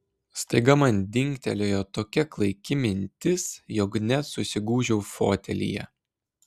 staiga man dingtelėjo tokia klaiki mintis jog net susigūžiau fotelyje